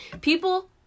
People